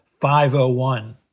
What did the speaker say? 501